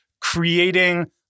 creating